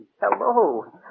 Hello